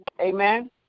Amen